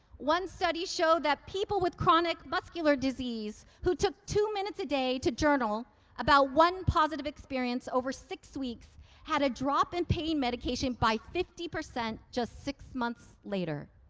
one study showed that people with chronic muscular disease who took two minutes a day to journal about one positive experience over six weeks had a drop in pain medication by fifty percent just six months later.